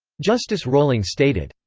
justice roling stated,